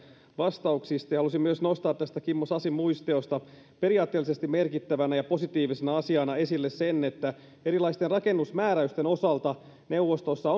vastauksista haluaisin myös nostaa tästä kimmo sasin muistiosta periaatteellisesti merkittävänä ja positiivisena asiana esille sen että erilaisten rakennusmääräysten osalta neuvostossa